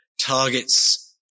Targets